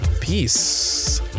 Peace